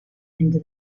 into